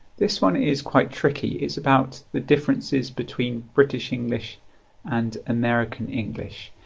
this one is quite tricky it's about the differences between british english and american english.